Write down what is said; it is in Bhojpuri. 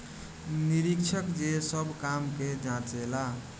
निरीक्षक जे सब काम के जांचे ला